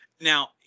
Now